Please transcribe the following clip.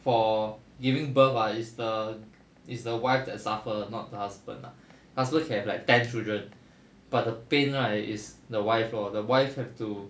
for giving birth ah is the is the wife that suffer not the husband lah husband can have like ten children but the pain right is the wife lor the wife have to